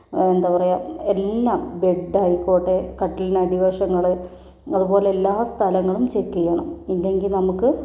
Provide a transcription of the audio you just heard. എന്താ പറയാ എല്ലാം ബെഡ്ഡായി ക്കോട്ടെ കട്ടിലിനടിവശങ്ങള് അതുപോലെ എല്ലാ സ്ഥലങ്ങളും ചെക്ക് ചെയ്യണം ഇല്ലെങ്കിൽ നമുക്ക്